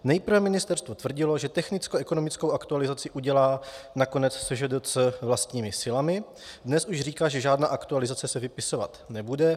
Nejprve ministerstvo tvrdilo, že technickoekonomickou aktualizaci udělá nakonec SŽDC vlastními silami, dnes už říká, že žádná aktualizace se vypisovat nebude.